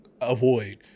avoid